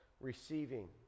receiving